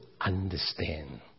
understand